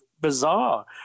bizarre